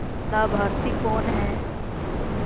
लाभार्थी कौन है?